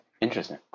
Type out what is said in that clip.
Interesting